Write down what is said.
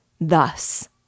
thus